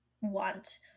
want